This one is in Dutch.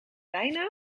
bijnaam